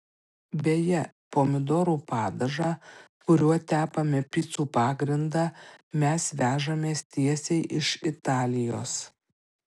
beje pomidorų padažą kuriuo tepame picų pagrindą mes vežamės tiesiai iš italijos